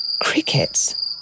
Crickets